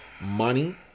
money